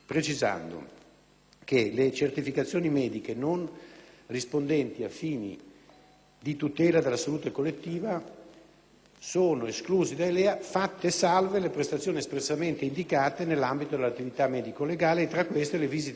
le certificazioni mediche non rispondenti a fini di tutela della salute collettiva sono escluse dai LEA «fatte salve» le prestazioni espressamente indicate nell'ambito dell'attività medico-legale e, tra queste, le «visite di controllo